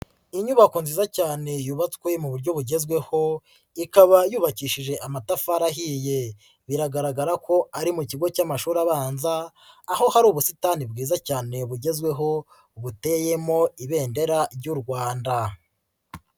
Inyubako nziza cyane yubatswe mu buryo bugezweho, ikaba yubakishije amatafari ahiye biragaragara ko ari mu kigo cy'amashuri abanza, aho hari ubusitani bwiza cyane bugezweho buteyemo Ibendera ry'u Rwanda.